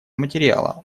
материала